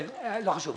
לא חשוב.